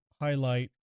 highlight